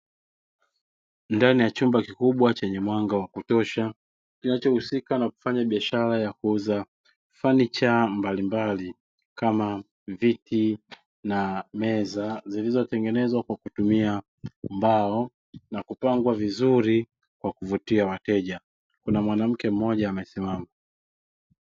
Ndani ya chumba kikubwa chenye mwanga wa kutosha, biashara husika inafanya biashara ya kuuza fanicha mbalimbali kama viti na meza. Zilizotengenezwa kwa kutumia mbao na kupangwa vizuri kwa kuvutia wateja. Kuna mwanamke mmoja amesimama.